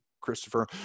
Christopher